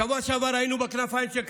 בשבוע שעבר היינו בכנפיים של קרמבו.